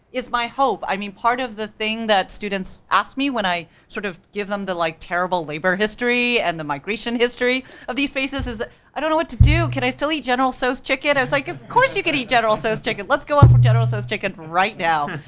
is my hope. i mean, part of the thing that students ask me when i, sort of give them the like terrible labor history, and the migration history, of these spaces is that i don't know what to do, can i still eat general tso's chicken, i was like, of course you can eat general tso's chicken, let's go out for general tso's chicken right now.